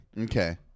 Okay